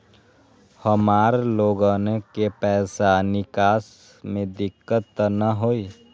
हमार लोगन के पैसा निकास में दिक्कत त न होई?